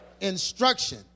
Instruction